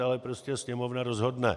Ale prostě Sněmovna rozhodne.